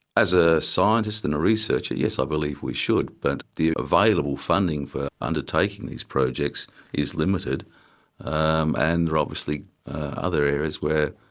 as a scientist and a researcher, yes, i believe we should, but the available funding for undertaking these projects is limited um and there other areas where